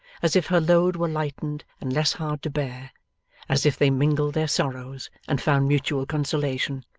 as if her load were lightened and less hard to bear as if they mingled their sorrows, and found mutual consolation.